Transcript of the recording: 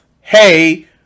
Hey